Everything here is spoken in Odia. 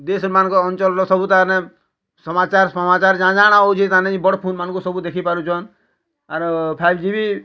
ଦେଶ୍ମାନଙ୍କ ଅଞ୍ଚଲ୍ର ସବୁ ତା'ମାନେ ସମାଚାର୍ ସମାଚାର୍ ଜାଣିଲେ କାଁଣ ହେଉଛି କାଁଣ ନାହିଁ ବଡ଼ ଫୁନ୍ମାନଙ୍କୁ ଦେଖି ପାରୁଛନ୍ ଆରୁ ଫାଇଭ୍ ଜି ବି